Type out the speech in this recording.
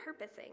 repurposing